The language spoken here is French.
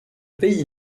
pays